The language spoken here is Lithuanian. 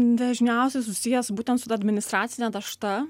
dažniausiai susijęs būtent su ta administracine našta